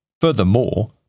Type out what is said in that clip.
Furthermore